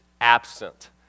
absent